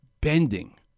Bending